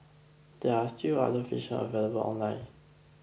there are still other versions available online